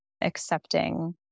accepting